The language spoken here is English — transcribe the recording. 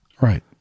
Right